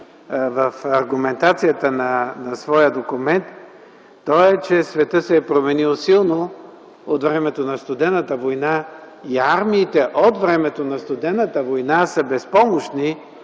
в аргументацията на своя документ, е, че светът се е променил силно от времето на Студената война. Армиите от времето на Студената война са безпомощни